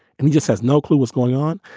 i mean, just has no clue what's going on?